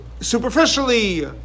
superficially